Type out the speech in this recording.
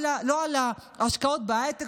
לא על השקעות בהייטק,